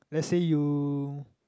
lets say you